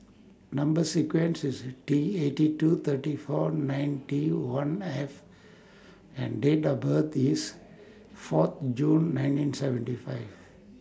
Number sequence IS T eighty two thirty four ninety one F and Date of birth IS four June nineteen seventy five